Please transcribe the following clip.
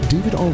David